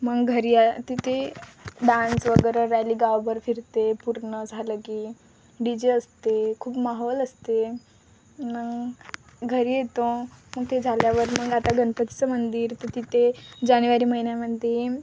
मग घरी याय तिथे डान्स वगैरे रॅली गावभर फिरते पूर्ण झालं की डी जे असते खूप माहोल असते मग घरी येतो मग ते झाल्यावर मग आता गणपतीचं मंदिर तर तिथे जानेवारी महिन्यामध्ये